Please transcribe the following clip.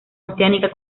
oceánica